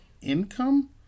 income